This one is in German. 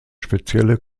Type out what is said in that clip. spezielle